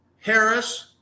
Harris